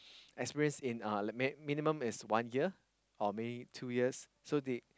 experience in uh minimum is one year or maybe two years so they